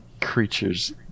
creatures